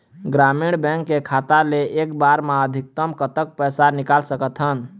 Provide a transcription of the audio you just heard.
ग्रामीण बैंक के खाता ले एक बार मा अधिकतम कतक पैसा निकाल सकथन?